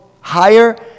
higher